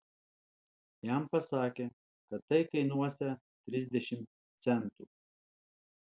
jam pasakė kad tai kainuosią trisdešimt centų